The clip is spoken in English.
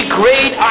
great